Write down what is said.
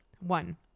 One